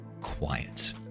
quiet